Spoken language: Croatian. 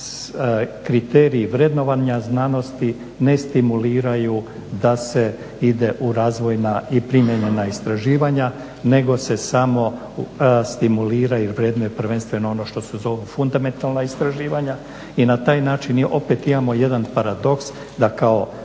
kriterij vrednovanja znanosti ne stimuliraju da se ide u razvojna i primijenjena istraživanja nego se samo stimulira i vrednuje prvenstveno ono što se zovu fundamentalna istraživanja i na taj način opet imamo jedan paradoks da kao